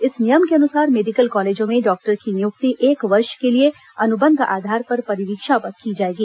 इस नियम के अनुसार मेडिकल कॉलेजों में डॉक्टर की नियंक्ति एक वर्ष के लिए अनुबंध आधार पर परिवीक्षा पर की जाएगी